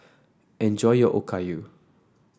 enjoy your Okayu